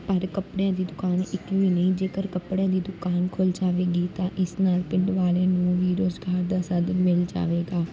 ਪਰ ਕੱਪੜਿਆਂ ਦੀ ਦੁਕਾਨ ਇੱਕ ਵੀ ਨਹੀਂ ਜੇਕਰ ਕੱਪੜਿਆਂ ਦੀ ਦੁਕਾਨ ਖੁੱਲ੍ਹ ਜਾਵੇਗੀ ਤਾਂ ਇਸ ਨਾਲ ਪਿੰਡ ਵਾਲਿਆਂ ਨੂੰ ਵੀ ਰੁਜ਼ਗਾਰ ਦਾ ਸਾਧਨ ਮਿਲ ਜਾਵੇਗਾ